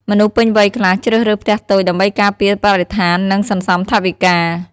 មនុស្សពេញវ័យខ្លះ ជ្រើសរើសផ្ទះតូច ដើម្បីការពារបរិស្ថាន និង សន្សំថវិកា។